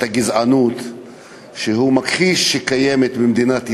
הגזענות שהוא מכחיש שקיימת במדינת ישראל,